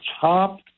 top